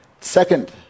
second